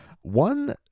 One